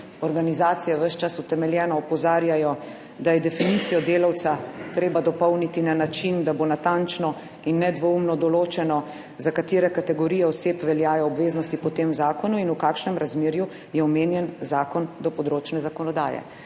organizacije ves čas utemeljeno opozarjajo, da je definicijo delavca treba dopolniti na način, da bo natančno in nedvoumno določeno, za katere kategorije oseb veljajo obveznosti po tem zakonu in v kakšnem razmerju je omenjen zakon do področne zakonodaje.